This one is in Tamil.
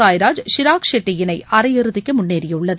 சாய்ராஜ் ஷிராக் ஷெட்டி இணை அரையிறுதிக்கு முன்னேறியுள்ளது